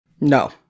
No